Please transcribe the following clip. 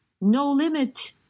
no-limit